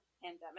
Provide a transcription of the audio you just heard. pandemic